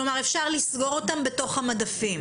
כלומר, אפשר לסגור אותן בתוך המדפים.